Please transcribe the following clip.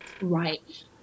Right